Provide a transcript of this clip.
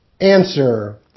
Answer